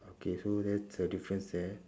okay so that's a difference there